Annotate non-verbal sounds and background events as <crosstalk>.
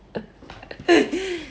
<laughs>